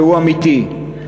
והוא אמיתי,